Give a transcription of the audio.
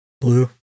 blue